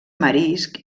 marisc